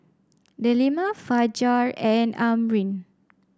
Delima Fajar and Amrin